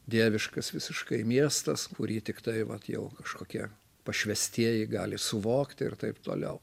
dieviškas visiškai miestas kurį tiktai vat jau kažkokia pašvęstieji gali suvokti ir taip toliau